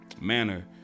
manner